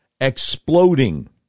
exploding